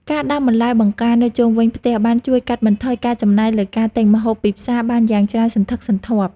ការដាំបន្លែបង្ការនៅជុំវិញផ្ទះបានជួយកាត់បន្ថយការចំណាយលើការទិញម្ហូបពីផ្សារបានយ៉ាងច្រើនសន្ធឹកសន្ធាប់។